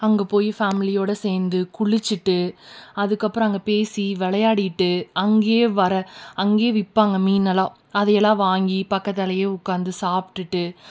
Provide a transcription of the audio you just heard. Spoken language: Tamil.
அங்கே போய் ஃபேமிலியோடு சேர்ந்து குளிச்சுட்டு அதுக்கப்புறம் அங்கே பேசி விளையாடிட்டு அங்கேயே வர அங்கேயே விற்பாங்க மீனெல்லாம் அதையெல்லாம் வாங்கி பக்கத்தாலேயே உட்காந்து சாப்பிட்டுட்டு